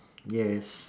yes